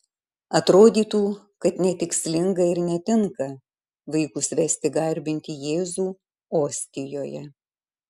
atrodytų kad netikslinga ir netinka vaikus vesti garbinti jėzų ostijoje